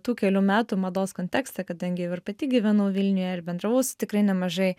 tų kelių metų mados kontekstą kadangi jau ir pati gyvenau vilniuje ir bendravau su tikrai nemažai